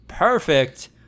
Perfect